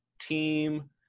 team